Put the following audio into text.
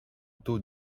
taux